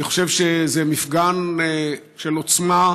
אני חושב שזה מפגן של עוצמה,